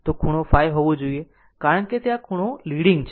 તો ખૂણો ϕ હોવું જોઈએ કારણ કે તે આ ખૂણો લીડીંગ છે